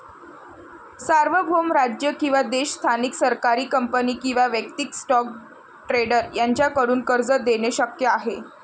सार्वभौम राज्य किंवा देश स्थानिक सरकारी कंपनी किंवा वैयक्तिक स्टॉक ट्रेडर यांच्याकडून कर्ज देणे शक्य आहे